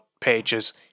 pages